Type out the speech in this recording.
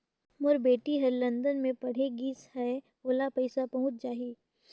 मोर बेटी हर लंदन मे पढ़े गिस हय, ओला पइसा पहुंच जाहि?